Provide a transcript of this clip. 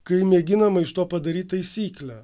kai mėginama iš to padaryt taisyklę